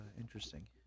interesting